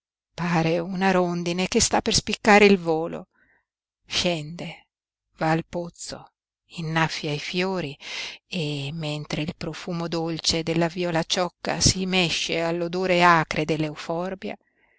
pare una rondine che sta per spiccare il volo scende va al pozzo innaffia i fiori e mentre il profumo dolce della violacciocca si mesce